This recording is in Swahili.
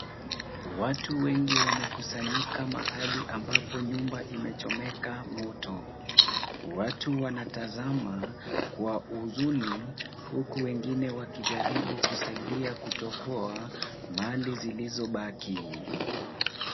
Watu wengi wamekusanyika mahali ambapo nyumba imechomeka moto. Watu wanatazama kwa huzuni, huku wengine wakijaribu kusaidia kutokoa mali zilizobaki.